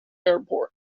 airport